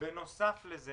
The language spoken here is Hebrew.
בנוסף לזה